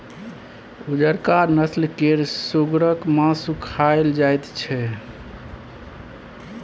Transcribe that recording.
उजरका नस्ल केर सुगरक मासु खाएल जाइत छै